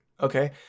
Okay